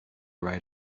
right